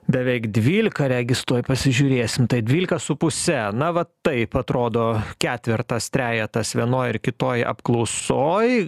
beveik dvylika regis tuoj pasižiūrėsim tai dvylika su puse na va taip atrodo ketvertas trejetas vienoj ar kitoj apklausoj